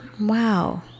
Wow